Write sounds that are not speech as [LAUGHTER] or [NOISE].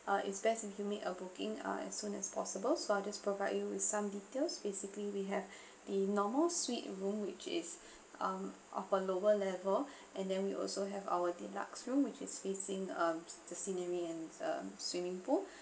uh it's best if you make a booking uh as soon as possible so I'll just provide you with some details basically we have [BREATH] the normal suite room which is um of a lower level [BREATH] and then we also have our deluxe room which is facing um the scenery and uh swimming pool